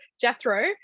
Jethro